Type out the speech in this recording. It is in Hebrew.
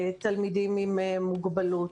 תלמידים עם מוגבלות,